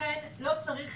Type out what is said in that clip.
לכן לא צריך